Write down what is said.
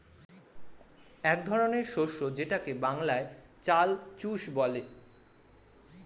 এক ধরনের শস্য যেটাকে বাংলায় চাল চুষ বলে